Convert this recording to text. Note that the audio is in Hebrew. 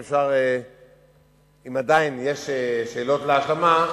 אם עדיין יש שאלות להשלמה,